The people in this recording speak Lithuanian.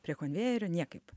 prie konvejerio niekaip